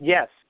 Yes